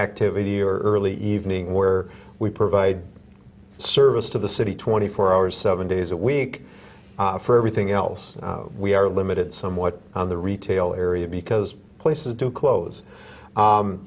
activity or early evening where we provide service to the city twenty four hours seven days a week for everything else we are limited somewhat on the retail area because places do clo